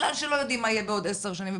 בגלל שלא יודעים מה יהיה בעוד 10 שנים,